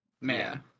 man